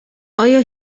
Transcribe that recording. آیا